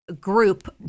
group